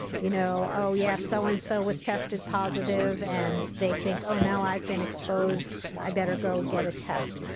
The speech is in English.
you know, oh, yeah, so-and-so so and so was tested positive, and they think, oh no, i've been exposed. i better go get a test.